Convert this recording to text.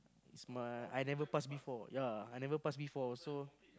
it's my I never pass before ya I never pass before so